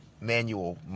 manual